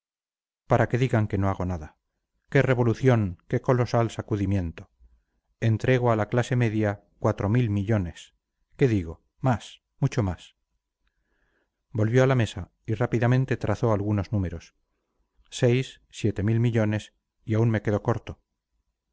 para que digan que no hago nada qué revolución qué colosal sacudimiento entrego a la clase media cuatro mil millones qué digo más mucho más volvió a la mesa y rápidamente trazó algunos números seis siete mil millones y aún me quedo corto